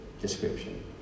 description